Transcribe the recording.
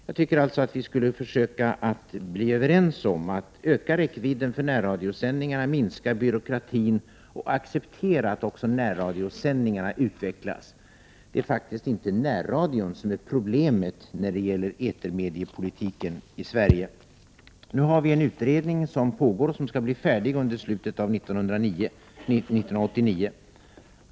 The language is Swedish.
Jag tycker alltså att vi skall försöka komma överens om att öka räckvidden för närradiosändningarna, minska byråkratin och acceptera att också närradiosändningarna utvecklas. Det är faktiskt inte närradion som är problemet när det gäller etermediepolitiken i Sverige. En utredning pågår, som skall bli färdig under slutet av 1989.